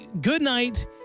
goodnight